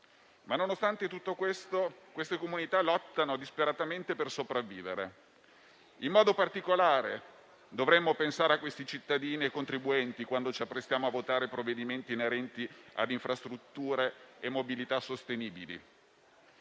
Nonostante tutto ciò, queste comunità lottano disperatamente per sopravvivere. In modo particolare, dovremmo pensare a questi cittadini e contribuenti quando ci apprestiamo a votare provvedimenti inerenti ad infrastrutture e mobilità sostenibili.